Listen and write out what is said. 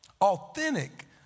authentic